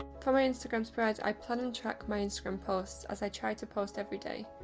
for my instagram spread i plan and track my instgram posts, as i try to post every day.